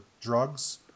drugs